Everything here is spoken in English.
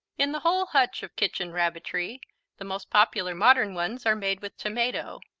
in the whole hutch of kitchen rabbitry the most popular modern ones are made with tomato,